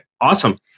awesome